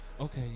Okay